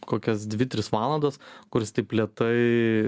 kokias dvi tris valandas kur jis taip lėtai